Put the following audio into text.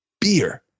beer